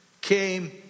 came